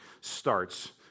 starts